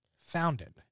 founded